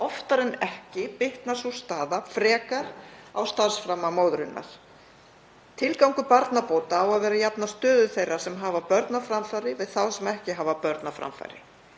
oftar en ekki bitnar sú staða frekar á starfsframa móðurinnar. Tilgangur barnabóta á að vera að jafna stöðu þeirra sem hafa börn á framfæri við þá sem ekki hafa börn á framfæri.